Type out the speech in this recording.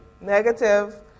Negative